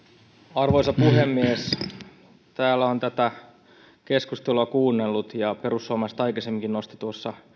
arvoisa puhemies täällä olen tätä keskustelua kuunnellut ja perussuomalaiset aikaisemminkin nostivat